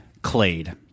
clade